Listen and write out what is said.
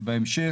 בהמשך.